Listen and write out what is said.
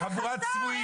היה לך שר.